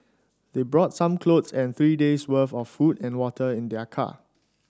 they brought some clothes and three days' worth of food and water in their car